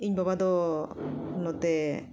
ᱤᱧ ᱵᱟᱵᱟ ᱫᱚ ᱱᱚᱛᱮ